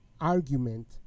argument